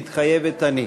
מתחייבת אני.